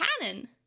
Cannon